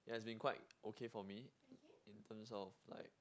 yeah it's been quite okay for me in terms of like